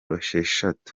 esheshatu